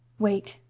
wait,